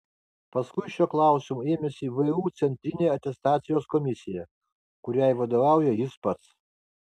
paskui šio klausimo ėmėsi vu centrinė atestacijos komisija kuriai vadovauja jis pats